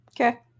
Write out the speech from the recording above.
Okay